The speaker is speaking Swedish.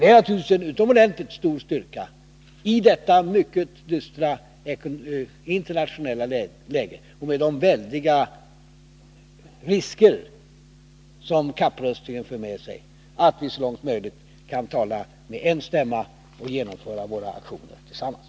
Det är naturligtvis en utomordentligt stor styrka i detta mycket dystra internationella läge och med de väldiga risker som kapprustningen för med sig att vi så låhgt möjligt kan tala med en stämma och genomföra våra aktioner tillsammans.